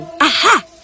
Aha